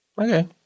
Okay